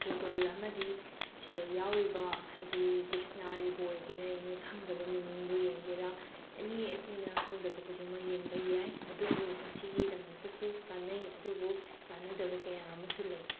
Google ꯑꯃꯗꯤ ꯁꯤꯗ ꯌꯥꯎꯔꯤꯕ ꯍꯥꯏꯗꯤ ꯗꯤꯛꯁꯅꯥꯔꯤꯕꯨ ꯑꯣꯏꯒꯦꯔ ꯑꯦꯅꯤ ꯈꯪꯗꯕ ꯃꯤꯅꯤꯡꯕꯨ ꯌꯦꯡꯒꯦꯔ ꯑꯦꯅꯤ ꯑꯩꯈꯣꯏꯅ ꯈꯪꯗꯕ ꯈꯨꯗꯤꯡꯃꯛ ꯌꯦꯡꯕ ꯌꯥꯏ ꯑꯗꯨꯕꯨ ꯃꯁꯤꯒꯤꯗꯃꯛꯇꯁꯨ ꯀꯥꯟꯅꯩ ꯑꯗꯨꯕꯨ ꯀꯥꯟꯅꯗꯕ ꯀꯌꯥ ꯑꯃꯁꯨ ꯂꯩ